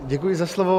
Děkuji za slovo.